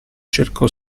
cercò